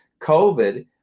COVID